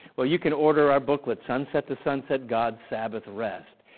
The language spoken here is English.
well you can order our booklet, sunset to sunset god's sabbath rest.